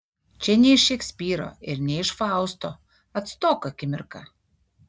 čia ne iš šekspyro ir ne iš fausto atstok akimirka